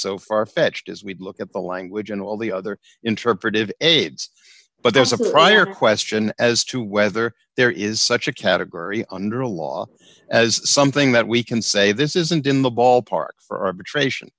so farfetched as we look at the language and all the other interpretive aids but there's a prior question as to whether there is such a category under a law as something that we can say this isn't in the ballpark for betra